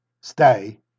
stay